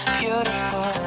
beautiful